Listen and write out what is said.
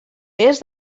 més